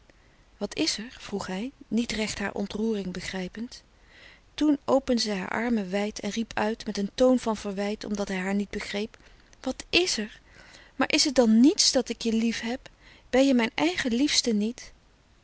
wat is er vroeg hij niet recht haar ontroering begrijpend toen opende zij haar armen wijd en riep uit met een toon van verwijt omdat hij haar niet begreep wat er is maar is het dan niets dat ik je liefheb ben je mijn eigen liefste niet